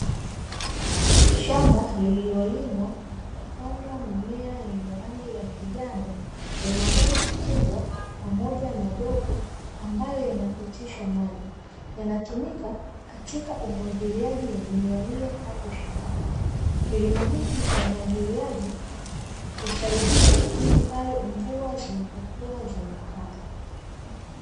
Shamba lililolimwa na kupandwa mimea yenye rangi ya kijani lina bomba kubwa pamoja na dogo ambayo yanapitisha maji, yanatumika katika umwagiliaji wa mimea hiyo hapo shambani. Kilimo hiki cha umwagiliaji husaidia pindi pale mvua zinapokuwa zimekata.